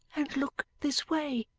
and look this way